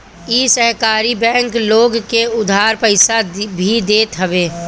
इ सहकारी बैंक लोग के उधार पईसा भी देत हवे